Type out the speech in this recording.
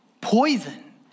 poison